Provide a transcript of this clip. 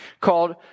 called